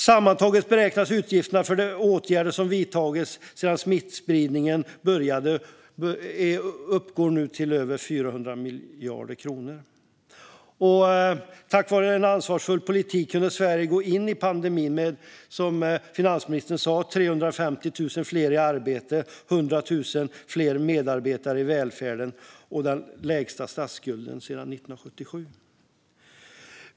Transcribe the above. Sammantaget beräknas utgifterna för de åtgärder som vidtagits sedan smittspridningen började nu uppgå till över 400 miljarder kronor. Tack vare en ansvarsfull politik kunde Sverige, som finansministern sa, gå in i pandemin med 350 000 fler i arbete, 100 000 fler medarbetare i välfärden och den lägsta statsskulden sedan 1977.